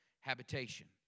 habitation